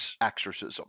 exorcism